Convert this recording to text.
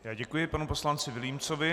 Já děkuji panu poslanci Vilímcovi.